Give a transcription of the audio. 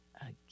again